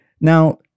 Now